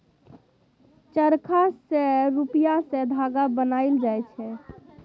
चरखा सँ रुइया सँ धागा बनाएल जाइ छै